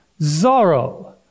Zorro